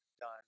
done